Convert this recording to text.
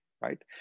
right